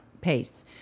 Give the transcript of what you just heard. pace